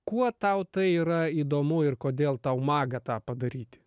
kuo tau tai yra įdomu ir kodėl tau maga tą padaryti